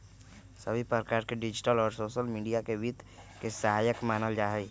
सभी प्रकार से डिजिटल और सोसल मीडिया के वित्त के सहायक मानल जाहई